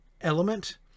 element